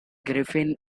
griffin